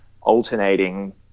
alternating